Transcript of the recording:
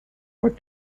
what